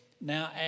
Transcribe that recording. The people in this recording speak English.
Now